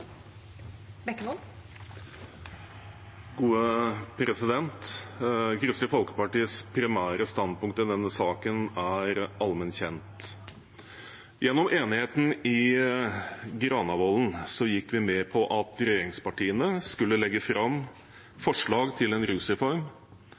Gjennom enigheten i Granavolden-plattformen gikk vi med på at regjeringspartiene skulle legge fram